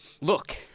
Look